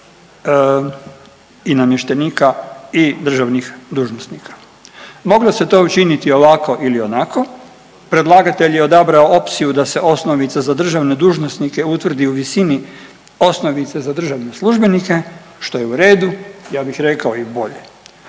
i namještenika i državnih dužnosnika. Moglo se to učiniti ovako ili onako. Predlagatelj je odabrao opciju da se osnovica za državne dužnosnike utvrdi u visini osnovice za državne službenike, što je u redu, ja bih rekla i bolje.